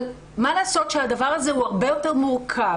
אבל מה לעשות שהדבר הזה הוא הרבה יותר מורכב,